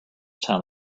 time